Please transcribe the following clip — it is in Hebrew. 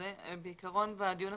בעיקרון בדיון הקודם,